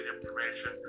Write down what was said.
information